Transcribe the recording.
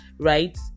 right